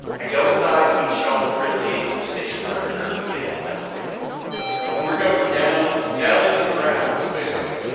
i go inside, meet sean fridley, the station director. we get in an elevator and we're going down and down into the ground, basically.